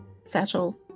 satchel